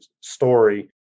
story